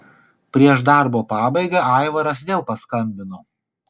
prieš darbo pabaigą aivaras vėl paskambino